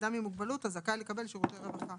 כאדם עם מוגבלות הזכאי לקבל שירותי רווחה",